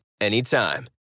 anytime